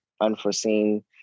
unforeseen